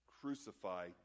Crucify